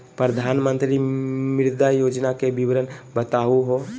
प्रधानमंत्री मुद्रा योजना के विवरण बताहु हो?